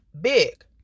Big